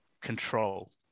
control